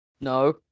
No